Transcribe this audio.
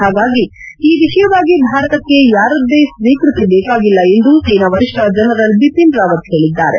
ಹಾಗಾಗಿ ಈ ವಿಷಯವಾಗಿ ಭಾರತಕ್ಕೆ ಯಾರದ್ದೇ ಸ್ವೀಕೃತಿ ಬೇಕಾಗಿಲ್ಲ ಎಂದು ಸೇನಾ ವರಿಷ್ಠ ಜನರಲ್ ಬಿಪಿನ್ ರಾವತ್ ಹೇಳಿದ್ದಾರೆ